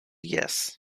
yes